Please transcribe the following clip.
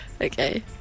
Okay